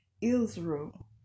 Israel